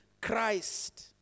Christ